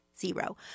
zero